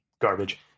Garbage